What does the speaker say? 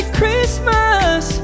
Christmas